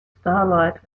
starlight